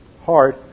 heart